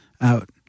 out